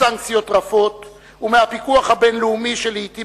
מסנקציות רפות ומהפיקוח הבין-לאומי שלעתים